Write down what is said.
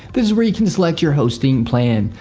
this is where you can select your hosting plan.